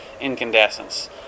incandescents